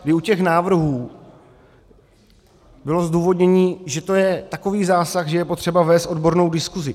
I u těch návrhů bylo zdůvodnění, že to je takový zásah, že je potřeba vést odbornou diskusi.